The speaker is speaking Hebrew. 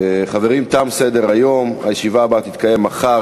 התרבות והספורט נתקבלה.